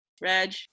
Reg